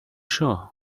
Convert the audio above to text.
sure